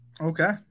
Okay